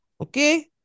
okay